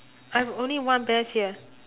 I have only one bears here